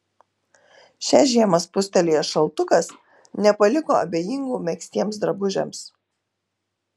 šią žiemą spustelėjęs šaltukas nepaliko abejingų megztiems drabužiams